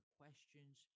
questions